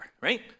right